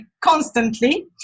constantly